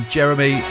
Jeremy